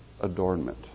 adornment